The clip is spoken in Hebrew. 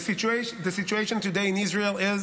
The situation today in Israel is